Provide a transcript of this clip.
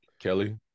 Kelly